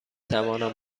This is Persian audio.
توانم